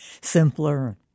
simpler